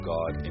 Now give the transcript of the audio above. God